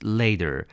later